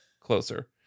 Closer